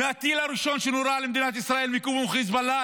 מהטיל הראשון שנורה על מדינת ישראל מכיוון חיזבאללה,